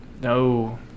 No